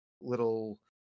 little